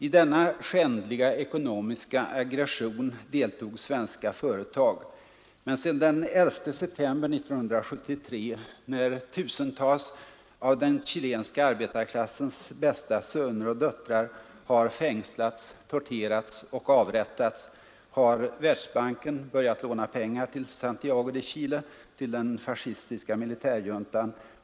I denna skändliga ekonomiska aggression deltog svenska företag. Men sedan den 11 september 1973, när tusentals av den chilenska arbetarklassens bästa söner och döttrar har fängslats, torterats och avrättats, har Världsbanken börjat låna pengar till Santiago de Chile, till den fascistiska militärjuntan.